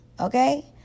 Okay